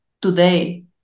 today